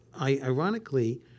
ironically